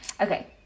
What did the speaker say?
Okay